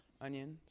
onions